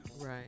Right